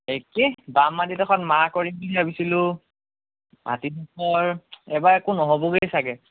এই কি বাম মাটিডোখৰত মাহ কৰিম বুলি ভাবিছিলোঁ মাটিডোখৰ এইবাৰ একো ন'হবগৈয়ে ছাগৈ